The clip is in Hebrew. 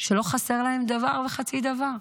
שלא חסר להם דבר וחצי דבר.